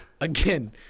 Again